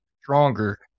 stronger